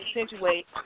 accentuate